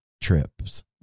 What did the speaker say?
trips